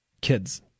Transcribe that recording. kids